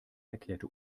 erklärte